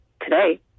today